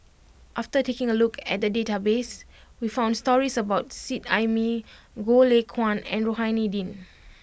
after taking a look at the database we found stories about Seet Ai Mee Goh Lay Kuan and Rohani Din